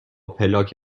پلاک